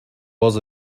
was